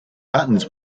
buttons